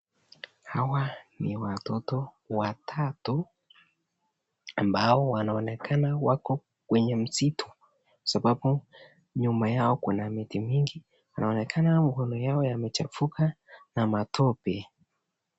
Hawa ni watoto watatu ambao wanaonekana wako kwenye msitu sababu nyuma yao kuna miti mingi inaonekana mikono yao yamechafuka na matope.